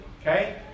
okay